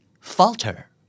falter